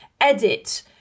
edit